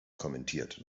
kommentiert